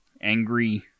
angry